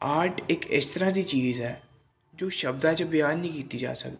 art ਇੱਕ ਇਸ ਤਰ੍ਹਾਂ ਦੀ ਚੀਜ਼ ਹੈ ਜੋ ਸ਼ਬਦਾਂ 'ਚ ਬਿਆਨ ਨਹੀਂ ਕੀਤੀ ਜਾ ਸਕਦੀ